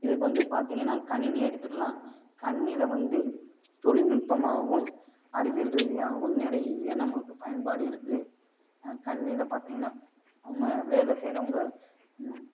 இதுக்கு வந்து பார்த்தீங்கன்னா கணினியை எடுத்துக்கலாம் கணினியில் வந்து தொழில்நுட்பமாகவும் அறிவியல் ரீதியாகவும் நிறைய நம்மளுக்கு பயன்பாடு இருக்குது கணினியில பார்த்தீங்கன்னா நம்ம வேலை செய்கிறவங்க